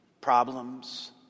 problems